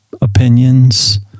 opinions